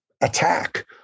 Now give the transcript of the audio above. attack